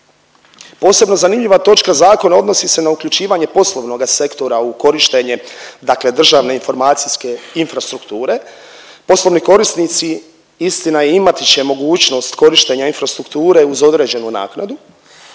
Posebno zanimljiva točka zakona odnosi se na uključivanje poslovnoga sektora u korištenje, dakle državne informacijske infrastrukture. Poslovni korisnici istina imati će mogućnost korištenja infrastrukture uz određenu naknadu,